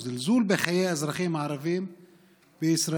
או הזלזול בחיי האזרחים הערבים בישראל,